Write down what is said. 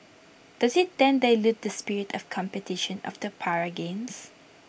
does IT then dilute the spirit of competition of the para games